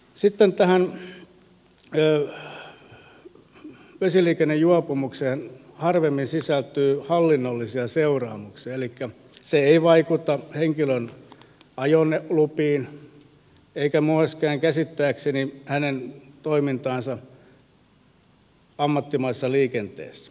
sitten tähän vesiliikennejuopumukseen harvemmin sisältyy hallinnollisia seuraamuksia elikkä se ei vaikuta henkilön ajolupiin eikä myöskään käsittääkseni hänen toimintaansa ammattimaisessa liikenteessä